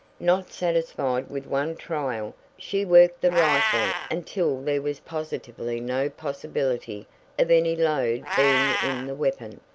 not satisfied with one trial she worked the rifle until there was positively no possibility of any load being in the weapon.